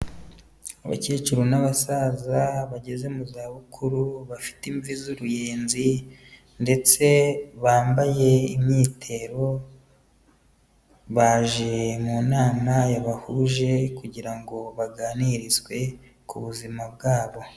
Abakecuru n'abasaza bageze mu za bukuru bafite imvi z'uruyenzi ndetse bambaye imyitero, baje mu nama yabahuje kugira ngo baganirizwe ku buzima bwabo